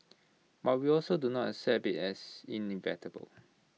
but we also do not accept IT as inevitable